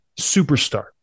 Superstar